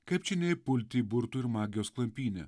kaip čia neįpulti į burtų ir magijos klampynę